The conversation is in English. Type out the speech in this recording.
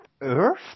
earth